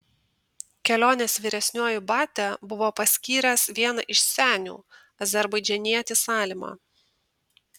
kelionės vyresniuoju batia buvo paskyręs vieną iš senių azerbaidžanietį salimą